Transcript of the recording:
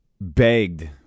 begged